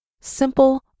simple